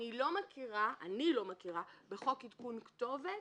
אני לא מכירה בחוק עדכון כתובת